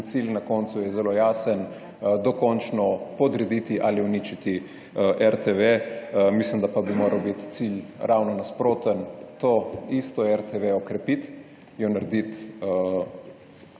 in cilj na koncu je zelo jasen, dokončno podrediti ali uničiti RTV. Mislim pa, da bi moral biti cilj ravno nasproten, to isto RTV okrepiti, jo narediti